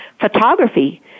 photography